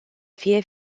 fie